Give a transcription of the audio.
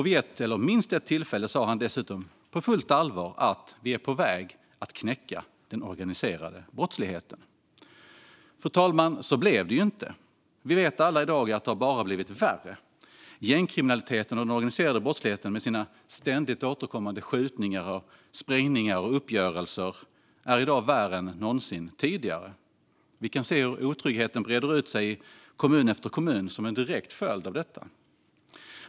Vid minst ett tillfälle sa han dessutom, på fullt allvar: Vi är på väg att knäcka den organiserade brottsligheten. Fru talman! Så blev det inte. Vi vet alla att det bara har blivit värre. Gängkriminaliteten och den organiserade brottsligheten med sina ständigt återkommande skjutningar, sprängningar och uppgörelser är i dag värre än någonsin tidigare. Vi ser hur otryggheten breder ut sig i kommun efter kommun som en direkt följd av detta.